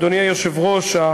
אדוני היושב-ראש,